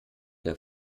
der